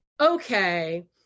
okay